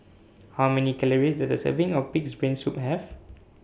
How Many Calories Does A Serving of Pig'S Brain Soup Have